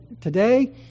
today